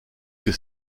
que